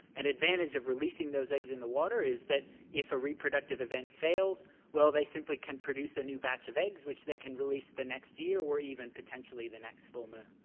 and the advantage of releasing those eggs in the water is that if a reproductive event fails well they simply can produce a new batch of eggs which they can release the next year or even potentially the next full moon.